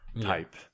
type